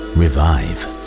revive